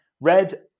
red